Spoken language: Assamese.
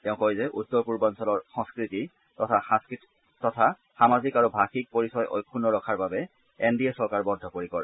তেওঁ কয় যে উত্তৰ পূৰ্বাঞ্চলৰ সংস্কৃতি তথা সামাজিক আৰু ভাষিক পৰিচয় অক্ষ্ম ৰখাৰ বাবে এন ডি এ চৰকাৰ বদ্ধপৰিকৰ